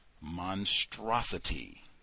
monstrosity